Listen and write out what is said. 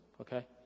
okay